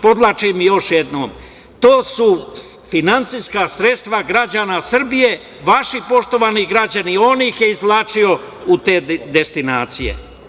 Podvlačim još jednom, to u finansijska sredstva građana Srbije, vaši, poštovani građani, on ih je izvlačio u te destinacije.